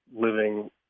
living